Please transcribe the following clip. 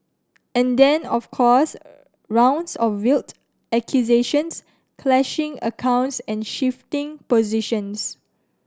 and then of course rounds of veiled accusations clashing accounts and shifting positions